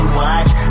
watch